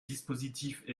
dispositifs